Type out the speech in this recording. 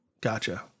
Gotcha